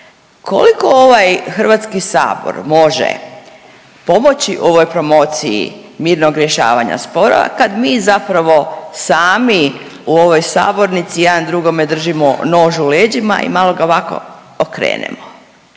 Koliko ovaj Hrvatski sabor može pomoći ovoj promociji mirnog rješavanja sporova kad mi zapravo sami u ovoj sabornici jedan drugome držimo nož u leđima i malo ga ovako okrenemo.